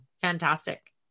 Fantastic